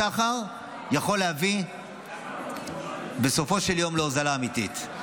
בסחר יכולה להביא בסופו של יום להוזלה אמיתית.